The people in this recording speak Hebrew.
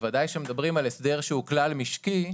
אם בודקים אותו בהשוואה בינלאומית למקובל במדינות ה-OECD,